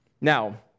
Now